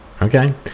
Okay